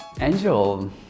Angel